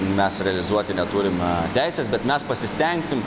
mes realizuoti neturim teisės bet mes pasistengsim